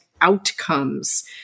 outcomes